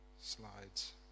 slides